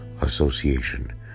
association